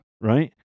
right